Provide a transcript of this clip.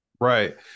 Right